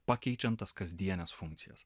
pakeičiant tas kasdienes funkcijas